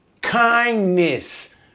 kindness